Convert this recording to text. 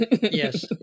Yes